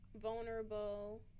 vulnerable